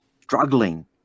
struggling